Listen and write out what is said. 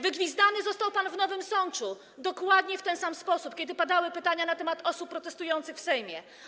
Wygwizdany został pan w Nowym Sączu, dokładnie w ten sam sposób, kiedy padały pytania na temat osób protestujących w Sejmie.